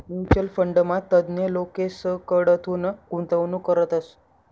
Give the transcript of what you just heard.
mutual फंडमा तज्ञ लोकेसकडथून गुंतवणूक करतस